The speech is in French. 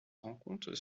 rencontre